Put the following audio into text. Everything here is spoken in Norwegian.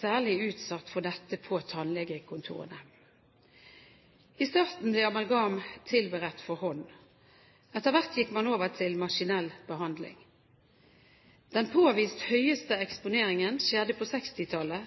særlig utsatt for dette på tannlegekontorene. I starten ble amalgam tilberedt for hånd. Etter hvert gikk man over til maskinell blanding. Den påvist høyeste eksponeringen skjedde på 1960-tallet,